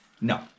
No